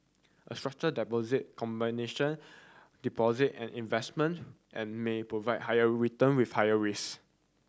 a structured deposit combination deposit and investment and may provide higher return with higher risk